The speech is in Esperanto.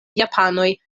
japanoj